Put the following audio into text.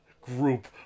group